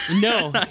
No